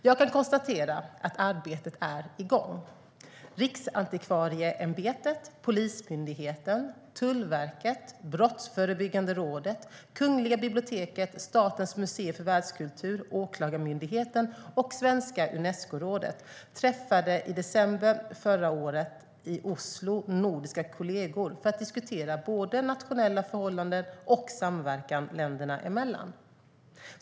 Jag kan konstatera att arbetet är igång. Riksantikvarieämbetet, Polismyndigheten, Tullverket, Brottsförebyggande rådet, Kungliga biblioteket, Statens museer för världskultur, Åklagarmyndigheten och Svenska Unescorådet träffade i december förra året i Oslo nordiska kollegor för att diskutera både nationella förhållanden och samverkan länderna emellan.